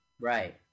Right